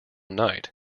night